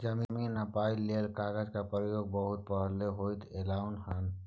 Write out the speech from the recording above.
जमीन नापइ लेल गज के प्रयोग बहुत पहले से होइत एलै हन